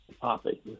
topic